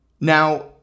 Now